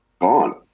Gone